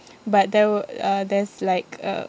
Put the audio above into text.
but there were uh there's like a